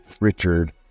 Richard